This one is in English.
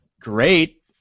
Great